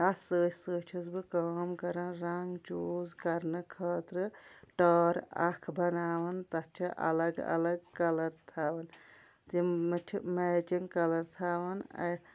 اَتھ سۭتۍ سۭتۍ چھٮ۪س بہٕ کٲم کَران رنٛگ چوٗز کَرنہٕ خۭٲطرٕ ٹٲر اَکھ بناوان تَتھ چھِ الگ الگ کَلَر تھَوان تِم منٛز چھِ میچِنٛگ کَلَر تھَوان اَ